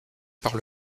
par